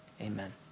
amen